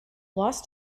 lost